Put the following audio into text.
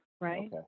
right